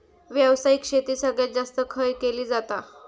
व्यावसायिक शेती सगळ्यात जास्त खय केली जाता?